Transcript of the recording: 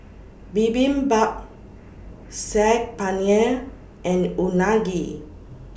Bibimbap Saag Paneer and Unagi